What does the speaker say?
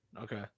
Okay